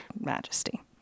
majesty